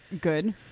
Good